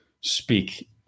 speak